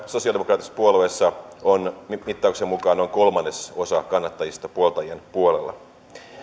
sosialidemokraattisessa puolueessa on mittauksen mukaan nyt noin kolmasosa kannattajista puoltajien puolella